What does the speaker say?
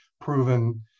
proven